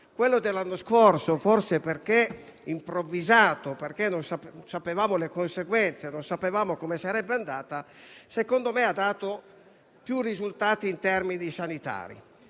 Quello dell'anno scorso, forse perché improvvisato, perché non conoscevamo le conseguenze e non conoscevamo come sarebbe andata, secondo me ha dato più risultati in termini sanitari.